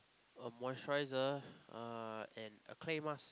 a moisturiser uh and a clay mask